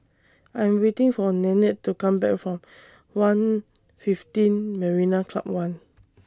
I Am waiting For Nanette to Come Back from one fifteen Marina Club one